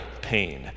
pain